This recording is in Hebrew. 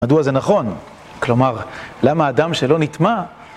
מדוע זה נכון, כלומר, למה האדם שלא נטמא?